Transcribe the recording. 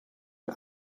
een